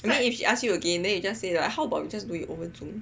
then if she ask you again then you just say like how about we just do it over Zoom